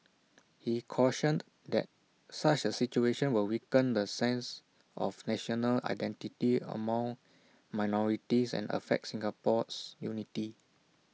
he cautioned that such A situation will weaken the sense of national identity among minorities and affect Singapore's unity